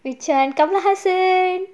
which [one] kamal haasan